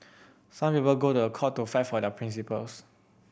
some people go to a court to fight for their principles